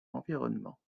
environnement